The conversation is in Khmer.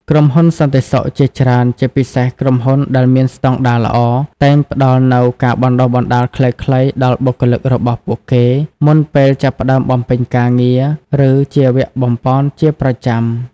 ក្រុមហ៊ុនសន្តិសុខជាច្រើន ជាពិសេសក្រុមហ៊ុនដែលមានស្តង់ដារល្អ តែងផ្តល់នូវការបណ្តុះបណ្តាលខ្លីៗដល់បុគ្គលិករបស់ពួកគេមុនពេលចាប់ផ្តើមបំពេញការងារ ឬជាវគ្គបំប៉នជាប្រចាំ។